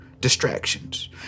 distractions